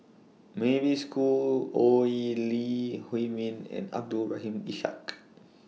Mavis Khoo Oei Lee Huei Min and Abdul Rahim Ishak